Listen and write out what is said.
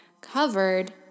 covered